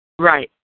right